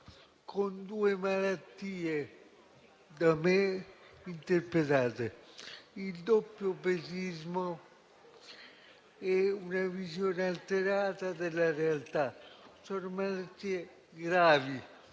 con due malattie da me interpretate: il doppiopesismo e una visione alterata della realtà. Sono malattie gravi